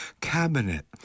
Cabinet